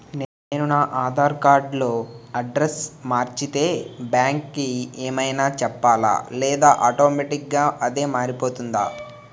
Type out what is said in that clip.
నేను నా ఆధార్ కార్డ్ లో అడ్రెస్స్ మార్చితే బ్యాంక్ కి ఏమైనా చెప్పాలా లేదా ఆటోమేటిక్గా అదే మారిపోతుందా?